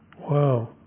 Wow